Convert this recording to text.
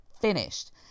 finished